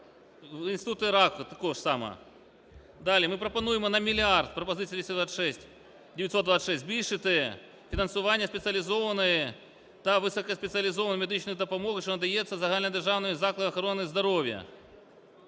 Інституту раку – так же само. Далі ми пропонуємо на мільярд (пропозиція 926) збільшити фінансування спеціалізованої та високоспеціалізованої медичної допомоги, що надається в загальнодержавних закладах охорони здоров'я,